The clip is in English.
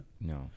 No